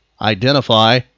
Identify